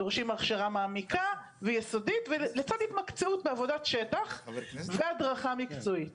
דורשים הכשרה מעמיקה ויסודית לצד התמקצעות בעבודת שטח והדרכה מקצועית.